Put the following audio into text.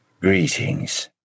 Greetings